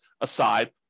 aside